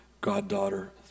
goddaughter